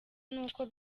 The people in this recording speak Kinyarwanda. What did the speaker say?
n’uko